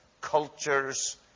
cultures